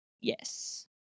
Yes